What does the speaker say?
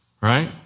Right